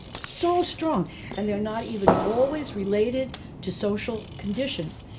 so strong and they're not even always related to social conditions.